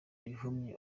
rihumye